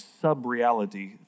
sub-reality